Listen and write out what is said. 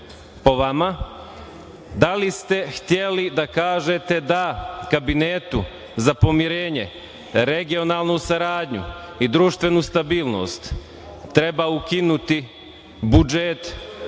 po vama. Da li ste hteli da kažete da Kabinetu za pomirenje, regionalnu saradnju i društvenu stabilnost treba ukinuti budžet i